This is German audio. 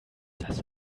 das